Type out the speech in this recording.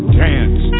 dance